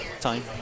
time